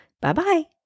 bye-bye